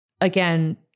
Again